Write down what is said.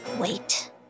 Wait